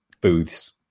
booths